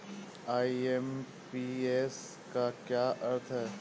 IMPS का क्या अर्थ है?